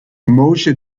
moshe